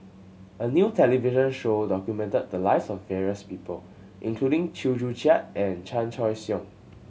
a new television show documented the lives of various people including Chew Joo Chiat and Chan Choy Siong